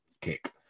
kick